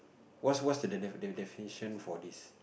what's what's the defi~ definition for this